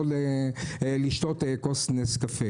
אחרי זה לשתות כוס נס קפה.